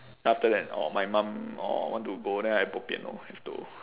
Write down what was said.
then after that orh my mum orh want to go then I bo pian lor have to